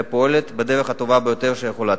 פועלת בדרך הטובה ביותר שהיא יכולה.